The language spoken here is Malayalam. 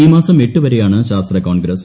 ഈ മാസം എട്ട് വരെയാണ് ശാസ്ത്ര കോൺഗ്രസ്